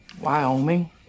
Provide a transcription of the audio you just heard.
Wyoming